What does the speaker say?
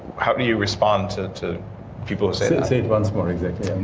how do you respond to to people who say that? say it once more exactly